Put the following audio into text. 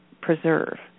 preserve